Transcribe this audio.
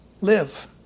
live